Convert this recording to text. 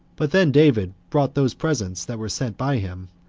but then david brought those presents that were sent by him,